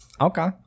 Okay